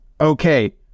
okay